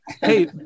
hey